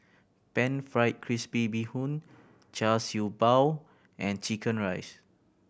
Pan Fried Crispy Bee Hoon Char Siew Bao and chicken rice